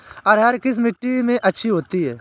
अरहर किस मिट्टी में अच्छी होती है?